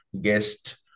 guest